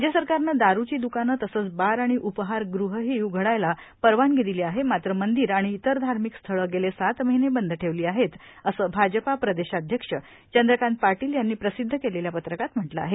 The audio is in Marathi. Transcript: राज्य सरकारनं दारुची द्कानं तसंच बार आणि उपाहारगृहही उघडायला परवानगी दिली आहे मात्र मंदिर आणि इतर धार्मिक स्थळं गेले सात महिने बंद ठेवली आहेत असं भाजपा प्रदेशाध्यक्ष चंद्रकांत पाटील यांनी प्रसिद्ध केलेल्या पत्रकात म्हटलं आहे